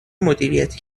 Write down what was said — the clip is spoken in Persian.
مدیریتی